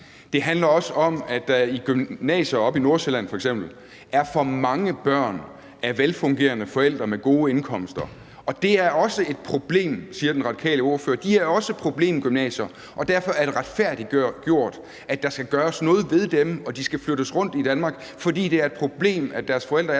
Det handler også om, at der i gymnasier oppe i Nordsjælland f.eks. er for mange børn af velfungerende forældre med gode indkomster. Og det er også et problem – det siger den radikale ordfører. De er også problemgymnasier, og derfor er det retfærdiggjort, at der skal gøres noget ved dem, og at de skal flyttes rundt i Danmark, for det er et problem, at deres forældre er